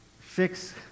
fix